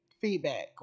feedback